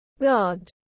God